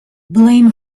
blame